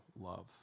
love